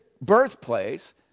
birthplace